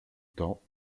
temps